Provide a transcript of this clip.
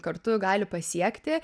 kartu gali pasiekti